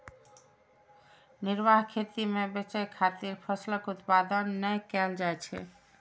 निर्वाह खेती मे बेचय खातिर फसलक उत्पादन नै कैल जाइ छै